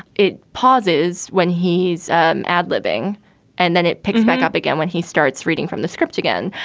it pauses when he's adlibbing and then it picks back up again when he starts reading from the script again.